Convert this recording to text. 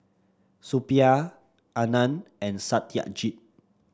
Suppiah Anand and Satyajit